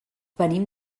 venim